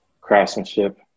craftsmanship